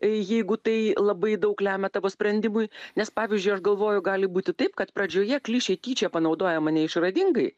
jeigu tai labai daug lemia tavo sprendimui nes pavyzdžiui aš galvoju gali būti taip kad pradžioje klišė tyčia panaudojama neišradingai